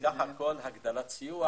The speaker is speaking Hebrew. כך כל הגדלת סיוע